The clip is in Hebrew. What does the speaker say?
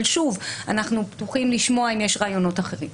שוב, אנחנו פתוחים לשמוע אם יש רעיונות אחרים.